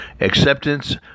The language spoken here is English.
acceptance